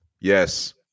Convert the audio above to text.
Yes